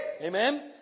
Amen